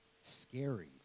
scary